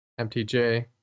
MTJ